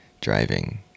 driving